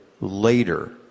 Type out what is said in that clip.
later